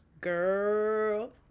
Girl